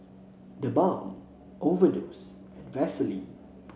TheBalm Overdose and Vaseline